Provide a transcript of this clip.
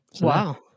Wow